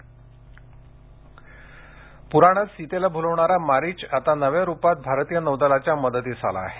torpedo प्राणात सीतेला भूलवणारा मारीच आता नव्या रूपात भारतीय नौदलाच्या मदतीस आला आहे